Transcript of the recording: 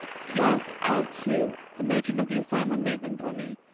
yes, i have two. the matron of the asylum made them for me.